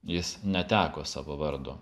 jis neteko savo vardo